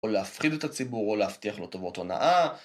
או להפחיד את הציבור, או להבטיח לו טובות הונאה.